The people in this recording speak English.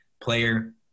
player